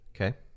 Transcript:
Okay